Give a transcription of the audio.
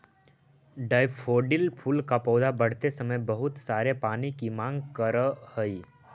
daffodil फूल का पौधा बढ़ते समय बहुत सारे पानी की मांग करअ हई